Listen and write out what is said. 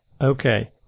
Okay